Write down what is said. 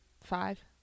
five